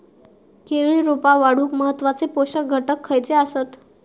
केळी रोपा वाढूक महत्वाचे पोषक घटक खयचे आसत?